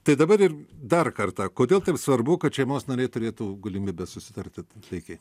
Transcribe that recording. tai dabar ir dar kartą kodėl taip svarbu kad šeimos nariai turėtų galimybę susitarti taikiai